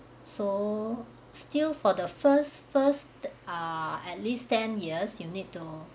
so still for the first first ah at least ten years you need to